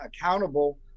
accountable